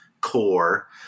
core